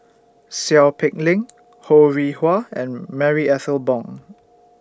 Seow Peck Leng Ho Rih Hwa and Marie Ethel Bong